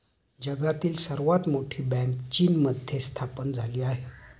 जगातील सर्वात मोठी बँक चीनमध्ये स्थापन झाली आहे